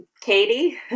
Katie